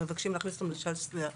מבקשים להכניס אותן לסל,